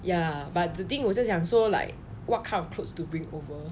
ya but the thing 我是讲说 like what kind of clothes to bring over